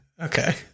Okay